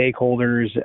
stakeholders